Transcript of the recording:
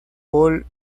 paul